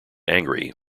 angry